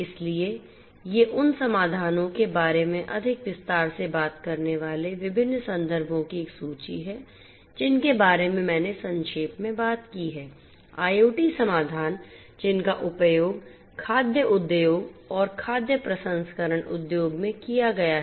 इसलिए ये उन समाधानों के बारे में अधिक विस्तार से बात करने वाले विभिन्न संदर्भों की एक सूची है जिनके बारे में मैंने संक्षेप में बात की है IoT समाधान जिनका उपयोग खाद्य उद्योग और खाद्य प्रसंस्करण उद्योग में किया गया है